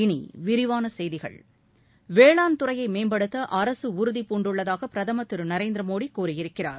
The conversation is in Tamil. இனி விரிவான செய்திகள் வேளாண்துறையை மேம்படுத்த அரசு உறுதிபூண்டுள்ளதாக பிரதமர் திரு நரேந்திர மோடி கூறியிருக்கிறார்